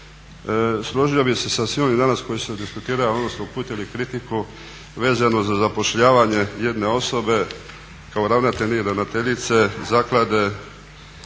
Složio bih se sa svima onima danas koji su detektirali odnosno uputili kritiku vezano za zapošljavanje jedne osobe kao ravnatelj ili ravnateljice Zaklade